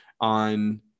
on